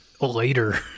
later